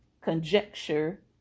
conjecture